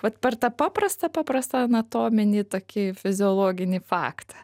vat per tą paprastą paprastą anatominį tokį fiziologinį faktą